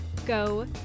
Go